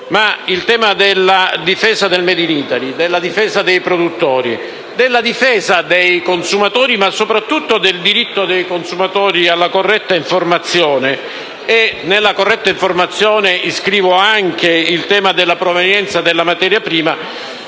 Il tema della difesa del *made in Italy*, della difesa dei produttori, della difesa dei consumatori ma, soprattutto, del diritto dei consumatori alla corretta informazione (e nella corretta informazione iscrivo anche il tema della provenienza della materia prima)